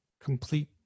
complete